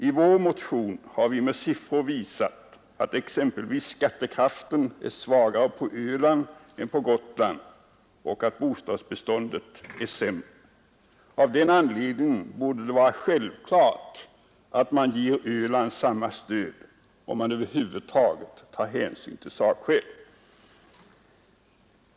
I vår motion har vi med siffror visat att exempelvis skattekraften är svagare på Öland än på Gotland och att bostadsbeståndet är sämre. Av den anledningen borde det vara självklart att man ger Öland samma stöd, om man över huvud taget tar hänsyn till sakskäl.